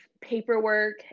paperwork